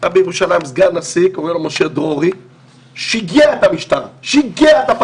היה בירושלים סגן נשיא בשם משה דרורי ששיגע את המשטרה והפרקליטות.